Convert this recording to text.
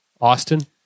Austin